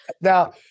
Now